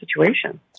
situation